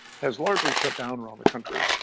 has largely shut down around the country.